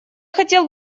хотел